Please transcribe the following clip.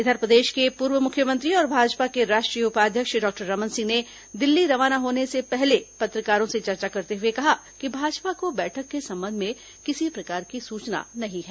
इधर प्रदेश के पूर्व मुख्यमंत्री और भाजपा के राष्ट्रीय उपाध्यक्ष डॉक्टर रमन सिंह ने दिल्ली रवाना होने से पूर्व पत्रकारों से चर्चा करते हुए कहा कि भाजपा को बैठक के संबंध में किसी प्रकार की सूचना नहीं है